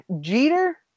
Jeter